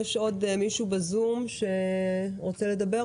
האם יש עוד מישהו בזום שרוצה לדבר?